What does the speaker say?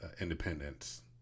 Independence